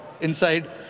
inside